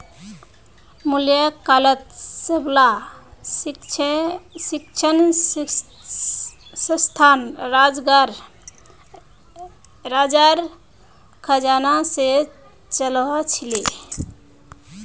मौर्य कालत सबला शिक्षणसंस्थान राजार खजाना से चलअ छीले